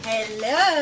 Hello